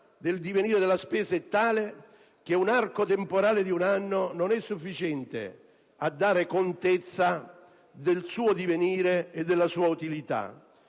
del divenire della spesa è tale che un arco temporale di un anno non è sufficiente a dare contezza del suo divenire e della sua utilità.